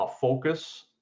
focus